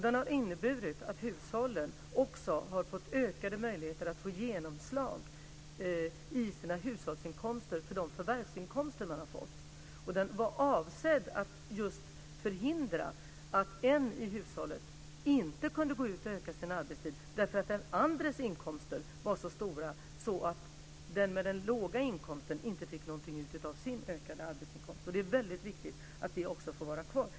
Den har inneburit att hushållen också har fått ökade möjligheter att få genomslag i sina hushållsinkomster för de förvärvsinkomster som de har fått. Den var avsedd att just förhindra att en i hushållet inte kunde öka sin arbetstid därför att den andres inkomster var så stora att den med den låga inkomsten inte fick någonting ut av sin ökade arbetsinkomst. Det är väldigt viktigt att det också får vara kvar.